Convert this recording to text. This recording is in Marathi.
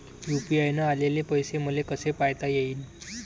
यू.पी.आय न आलेले पैसे मले कसे पायता येईन?